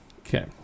okay